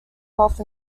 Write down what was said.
health